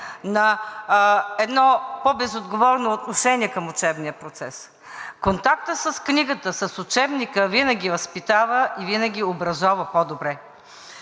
на едно по-безотговорно отношение към учебния процес. Контактът с книгата, с учебника винаги възпитава и винаги образова по-добре.